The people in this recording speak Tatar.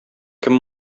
кем